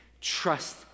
Trust